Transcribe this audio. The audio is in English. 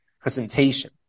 presentation